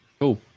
cool